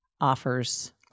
offers